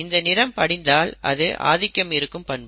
இந்த நிறம் படிந்தால் அது ஆதிக்கம் இருக்கும் பண்பு